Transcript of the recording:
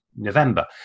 November